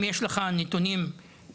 בשארה האם יש לך נתונים מדויקים?